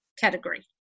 category